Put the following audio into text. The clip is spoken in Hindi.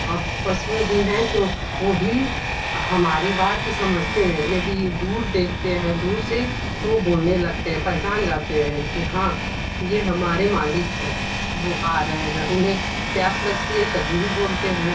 और पशुएँ भी हैं तो वो भी हमारी बात समझते हैं यदि दूर देखते हैं दूर से तो वो बोलने लगते हैं पहचान जाते हैं कि हाँ ये हमारे मालिक हैं वो आ रहे हैं उन्हें प्यास लगती है तभी भी बोलते हैं